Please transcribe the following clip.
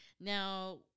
now